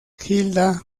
hilda